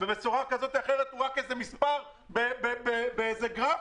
בצורה כזאת או אחרת הוא רק איזה מספר באיזה גרף